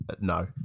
No